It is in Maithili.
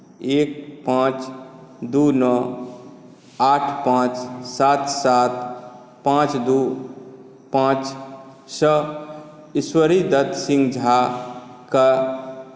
एक पांच दू नओ आठ पांच सात सात पांच दू पांच सँ ईश्वरीदत्त सिंह झा के